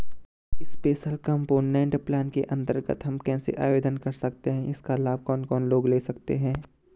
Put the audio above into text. Special component plan के अन्तर्गत हम कैसे आवेदन कर सकते हैं इसका लाभ कौन कौन लोग ले सकते हैं?